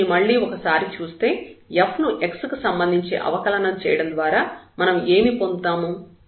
దీనిని మళ్ళీ ఒకసారి చూస్తే F ను x కి సంబంధించి అవకలనం చేయడం ద్వారా మనం ఏమి పొందుతాము